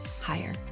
higher